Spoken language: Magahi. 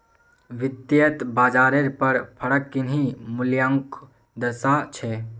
वित्तयेत बाजारेर पर फरक किन्ही मूल्योंक दर्शा छे